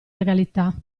legalità